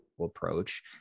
approach